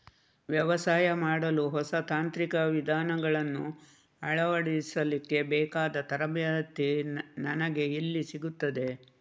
ವ್ಯವಸಾಯ ಮಾಡಲು ಹೊಸ ತಾಂತ್ರಿಕ ವಿಧಾನಗಳನ್ನು ಅಳವಡಿಸಲಿಕ್ಕೆ ಬೇಕಾದ ತರಬೇತಿ ನನಗೆ ಎಲ್ಲಿ ಸಿಗುತ್ತದೆ?